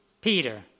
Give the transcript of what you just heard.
Peter